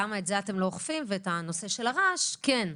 למה את זה אתם לא אוכפים ואת נושא הרעש כן.